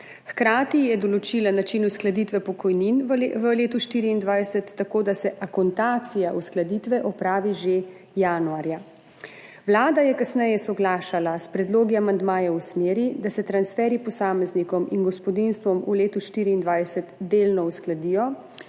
Hkrati je določila način uskladitve pokojnin v letu 2024 tako, dase akontacija uskladitve opravi že januarja. Vlada je kasneje soglašala s predlogi amandmajev v smeri, da se transferji posameznikom in gospodinjstvom v letu 2024 delno uskladijo,